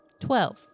Twelve